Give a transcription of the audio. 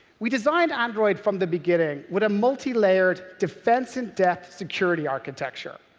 we designed android from the beginning with a multilayered defense-in-depth security architecture.